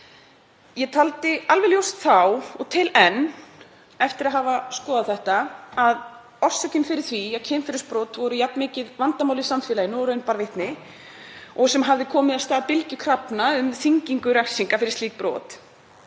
Ég taldi alveg ljóst þá og tel enn eftir að hafa skoðað þetta, að orsökin fyrir því að kynferðisbrot voru jafn mikið vandamál í samfélaginu og raun bar vitni, sem hafði komið af stað bylgju krafna um þyngingu refsinga fyrir slík brot,